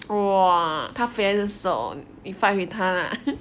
!wah! 他 fat 还是瘦你 fight 回他 lah